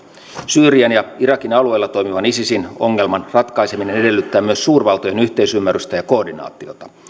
syyrian ja irakin alueilla toimivan isisin ongelman ratkaiseminen edellyttää myös suurvaltojen yhteisymmärrystä ja koordinaatiota